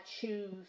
choose